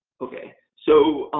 okay, so,